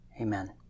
Amen